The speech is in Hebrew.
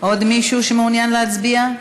עוד מישהו שמעוניין להצביע?